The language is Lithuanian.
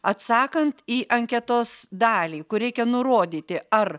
atsakant į anketos dalį kur reikia nurodyti ar